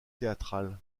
théâtral